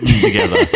together